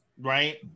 right